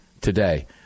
today